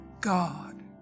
God